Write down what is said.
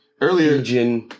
earlier